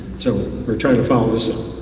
so we're trying to follow this.